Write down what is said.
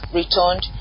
returned